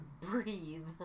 breathe